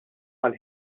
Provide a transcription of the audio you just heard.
għall